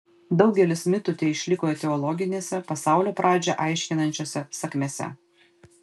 daugelis mitų teišliko etiologinėse pasaulio pradžią aiškinančiose sakmėse